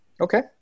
Okay